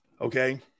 Okay